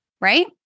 right